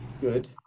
good